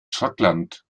schottland